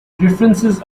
differences